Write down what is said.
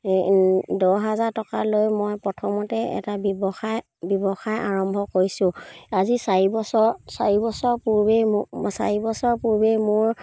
দহ হাজাৰ টকা লৈ মই প্ৰথমতে এটা ব্যৱসায় ব্যৱসায় আৰম্ভ কৰিছোঁ আজি চাৰিবছৰ চাৰিবছৰ পূৰ্বেই মোক চাৰিবছৰ পূৰ্বেই মোৰ